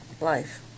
life